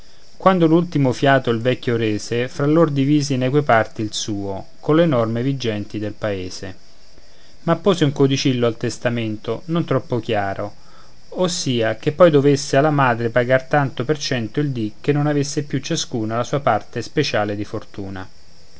quando l'ultimo fiato il vecchio rese fra lor divise in eque parti il suo colle norme vigenti del paese ma pose un codicillo al testamento non troppo chiaro ossia che poi dovesse alla madre pagar tanto per cento il dì che non avesse più ciascuna la sua parte speciale di fortuna